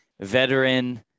veteran